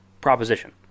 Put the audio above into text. Proposition